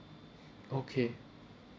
okay